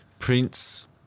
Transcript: Prince